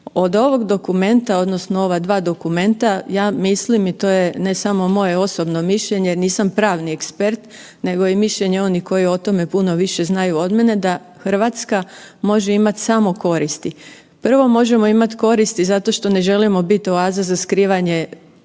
Od ovog dokumenta odnosno ova dva dokumenta ja mislim i to je ne samo moje osobno mišljenje jer nisam pravni ekspert nego i mišljenje onih koji o tome puno više znaju od mene da RH može imat samo koristi. Prvo, možemo imat koristi zato što ne želimo bit oaza za skrivanje